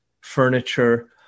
furniture